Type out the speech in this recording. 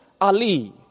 Ali